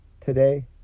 today